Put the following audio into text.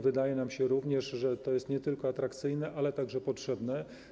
Wydaje nam się również, że to jest nie tylko atrakcyjne, ale także potrzebne.